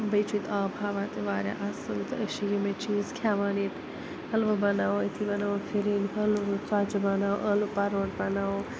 بیٚیہِ چھُ ییٚتہِ آب ہوا تہِ واریاہ اَصٕل تہٕ أسۍ چھِ یِمَے چیٖز کھٮ۪وان ییٚتہِ حٔلوٕ بَناوو أتھی بناوو فِرِنۍ حٔلوٕ ژۄچہٕ بناوو ٲلوٕ پَروٹ بناوو